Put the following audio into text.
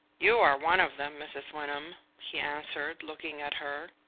you are one of them, mrs. wyndham, he answered, looking at her.